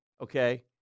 Okay